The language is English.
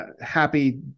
happy